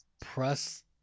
press